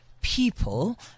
people